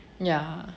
ya